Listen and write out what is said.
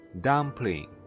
Dumpling